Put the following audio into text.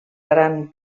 gran